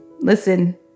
listen